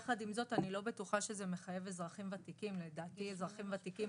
יחד עם זאת אני לא בטוחה שזה מחייב אזרחים ותיקים לדעתי אזרחים ותיקים,